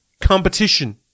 competition